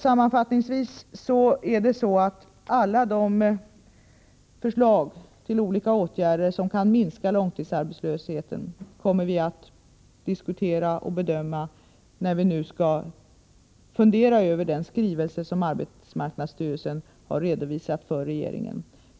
Sammanfattningsvis vill jag säga att vi, när vi nu skall fundera över den skrivelse som arbetsmarknadsstyrelsen har redovisat för regeringen, kommer att diskutera och bedöma alla de förslag till olika åtgärder som kan minska långtidsarbetslösheten.